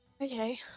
okay